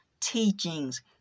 teachings